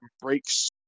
breaks